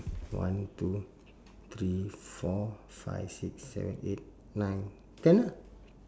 one two three four five six seven eight nine ten lah